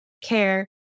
care